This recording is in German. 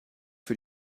für